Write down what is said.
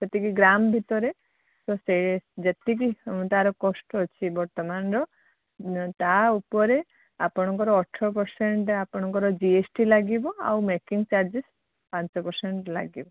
ସେତିକି ଗ୍ରାମ ଭିତରେ ତ ସେ ଯେତିକି ତା'ର କଷ୍ଟ୍ ଅଛି ବର୍ତ୍ତମାନର ତା'ଉପରେ ଆପଣଙ୍କର ଅଠର ପରସେଣ୍ଟ ଆପଣଙ୍କର ଜି ଏସ୍ ଟି ଲାଗିବ ଆଉ ମେକିଙ୍ଗ ଚାର୍ଜେସ୍ ପାଞ୍ଚ ପରସେଣ୍ଟ ଲାଗିବ